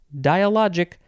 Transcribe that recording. dialogic